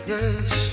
Yes